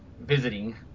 visiting